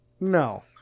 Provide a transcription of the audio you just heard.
No